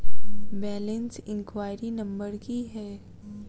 Balance enquiry number की है?